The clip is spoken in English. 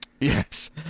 Yes